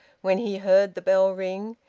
when he heard the bell ring,